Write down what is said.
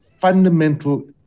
fundamental